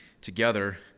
together